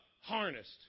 harnessed